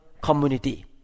community